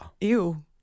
Ew